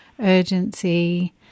urgency